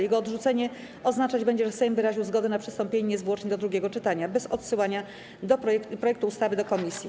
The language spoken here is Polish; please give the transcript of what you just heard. Jego odrzucenie oznaczać będzie, że Sejm wyraził zgodę na przystąpienie niezwłocznie do drugiego czytania, bez odsyłania projektu ustawy do komisji.